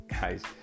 guys